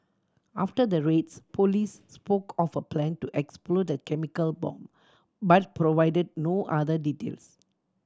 after the raids police spoke of a plan to explode a chemical bomb but provided no other details